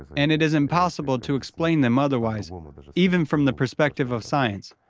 and it is impossible to explain them otherwise even from the perspective of science.